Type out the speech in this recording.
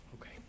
okay